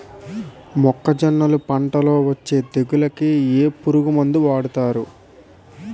మొక్కజొన్నలు పంట లొ వచ్చే తెగులకి ఏ పురుగు మందు వాడతారు?